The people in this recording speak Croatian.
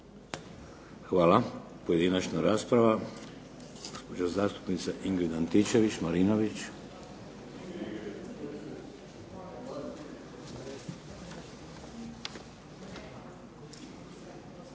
Hvala. Pojedinačna rasprava. Gospođa zastupnica Ingrid Antičević-Marinović.